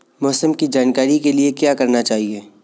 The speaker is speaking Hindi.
मौसम की जानकारी के लिए क्या करना चाहिए?